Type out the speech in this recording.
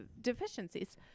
deficiencies